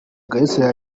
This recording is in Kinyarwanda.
kalisa